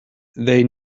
they